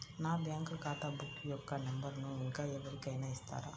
నా బ్యాంక్ ఖాతా బుక్ యొక్క నంబరును ఇంకా ఎవరి కైనా ఇస్తారా?